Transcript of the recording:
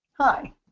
Hi